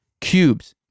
cubes